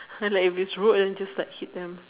ha like if it's road then just like hit them